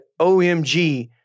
OMG